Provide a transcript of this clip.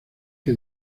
que